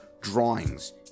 drawings